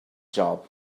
job